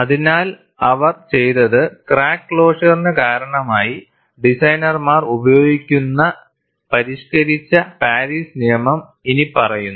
അതിനാൽ അവർ ചെയ്തത് ക്രാക്ക് ക്ലോഷറിനു കാരണമായി ഡിസൈനർമാർ ഉപയോഗിക്കുന്ന പരിഷ്ക്കരിച്ച പാരീസ് നിയമം ഇനിപ്പറയുന്നു